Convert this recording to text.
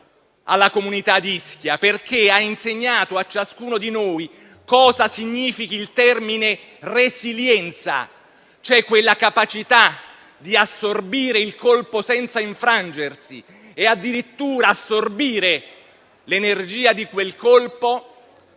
alla comunità di Ischia, perché ha insegnato a ciascuno di noi cosa significhi il termine resilienza, e cioè la capacità di assorbire il colpo senza infrangersi e addirittura assorbire l'energia di quel colpo